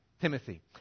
Timothy